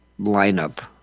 lineup